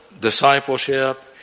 discipleship